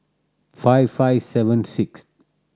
five five seven sixth